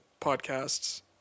podcasts